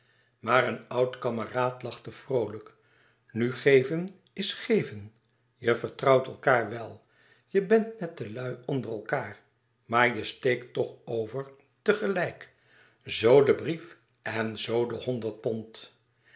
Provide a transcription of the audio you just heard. maar een oud kameraad lachte vroolijk nu geven is geven je vertrouwt elkaâr wel je bent nette lui onder elkaâr maar je steekt toch over te gelijk zoo den brief en zoo de honderd pond